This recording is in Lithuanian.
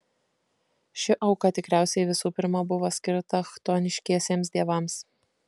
ši auka tikriausiai visų pirma buvo skirta chtoniškiesiems dievams